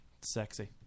Sexy